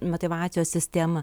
motyvacijos sistemą